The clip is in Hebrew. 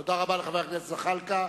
תודה רבה לחבר הכנסת זחאלקה.